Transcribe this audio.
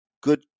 Good